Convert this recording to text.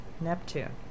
Neptune